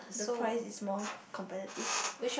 the price is more competitive